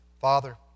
Father